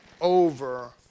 over